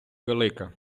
велика